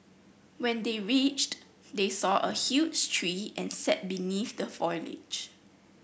when they reached they saw a huge tree and sat beneath the foliage